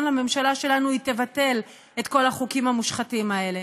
הממשלה שלנו תבטל את כל החוקים המושחתים האלה.